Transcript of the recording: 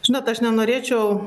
žinot aš nenorėčiau